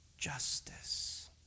Justice